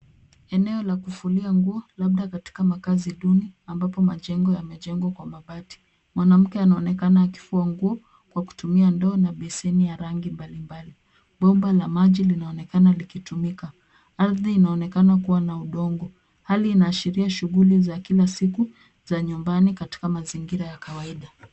Eneo la kufulia nguo labda katika makazi duni ambapo majengo yamejengwa kwa mabati. Mwanamke anaonekana akifua nguo kwa kutumia ndoo na beseni ya rangi mbalimbali. Bomba la maji linaonekana likitumika. Ardhi inaonekana kuwa na udongo. Hali inaashiria shughuli za kila siku za nyumbani katika mazingira ya kawaida.